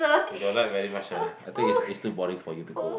you don't like very much ah I think it's it's too boring for you to go